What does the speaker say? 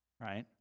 right